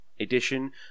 edition